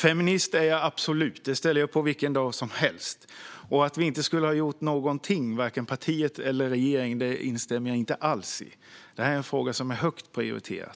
Feminist är jag absolut. Det ställer jag upp på vilken dag som helst. Jag instämmer inte alls i att vi inte skulle ha gjort någonting, varken partiet eller regeringen. Det är en fråga som är högt prioriterad.